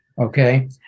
okay